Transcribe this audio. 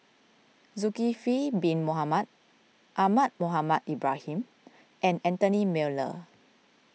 Zulkifli Bin Mohamed Ahmad Mohamed Ibrahim and Anthony Miller